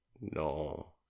No